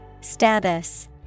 Status